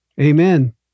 Amen